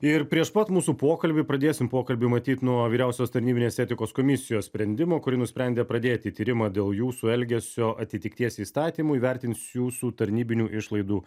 ir prieš pat mūsų pokalbį pradėsim pokalbį matyt nuo vyriausios tarnybinės etikos komisijos sprendimo kuri nusprendė pradėti tyrimą dėl jūsų elgesio atitikties įstatymui įvertins jūsų tarnybinių išlaidų